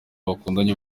batandukanye